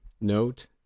note